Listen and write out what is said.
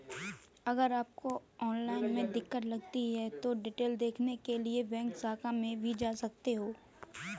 अगर आपको ऑनलाइन में दिक्कत लगती है तो डिटेल देखने के लिए बैंक शाखा में भी जा सकते हैं